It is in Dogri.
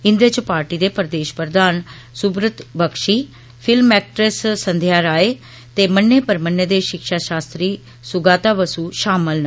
इन्दे च पॉर्टी दे प्रदेष प्रधान सुब्रत बख्षी फिल्म एक्सटरेस संध्या राय ते मन्ने परमन्ने दे षिक्षा षास्त्री सुगाता बसु षामल न